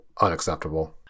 unacceptable